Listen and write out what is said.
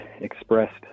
expressed